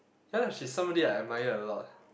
ya lah she's somebody I admire a lot